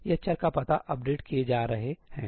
यह चर का पता अपडेट किए जा रहे है